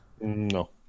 No